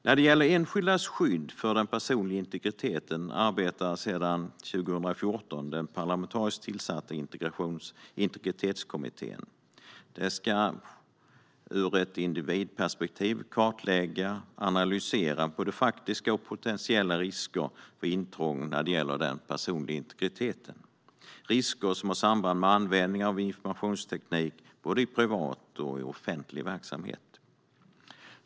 När det gäller enskildas skydd för den personliga integriteten arbetar sedan 2014 den parlamentariskt tillsatta Integritetskommittén. Den ska från ett individperspektiv kartlägga och analysera både faktiska och potentiella risker vid intrång i den personliga integriteten. Det gäller risker som har samband med användning av informationsteknik, både i privat och i offentlig verksamhet.